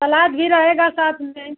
सलाद भी रहेगा साथ में